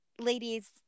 ladies